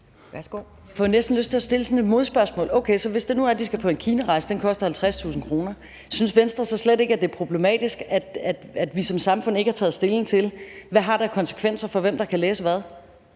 Jeg får næsten lyst til at stille sådan et modspørgsmål. Okay, hvis det nu er, at de skal på en Kinarejse – og den koster 50.000 kr. – synes Venstre så slet ikke, at det er problematisk, at vi som samfund ikke har taget stilling til, hvad det har af konsekvenser for, hvem der kan læse hvad?